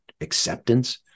acceptance